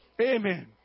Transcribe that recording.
Amen